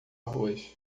arroz